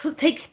take